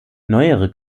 neuere